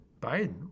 Biden